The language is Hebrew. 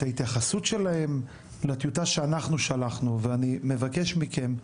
את ההתייחסות שלהם לטיוטה שאנחנו שלחנו ואני מבקש מכם,